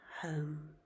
home